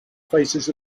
faces